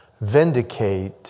vindicate